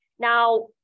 Now